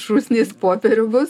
šūsnis popierių bus